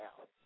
out